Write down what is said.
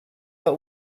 but